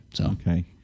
Okay